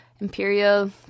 imperial